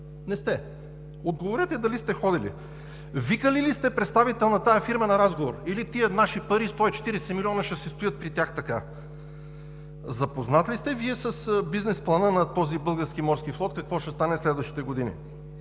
Не сте! Отговорете дали сте ходили! Викали ли сте представител на тази фирма на разговор или тези наши пари – 140 милиона, ще си стоят при тях така?! Запознат ли сте с бизнес плана на Български морски флот какво ще стане в следващите години?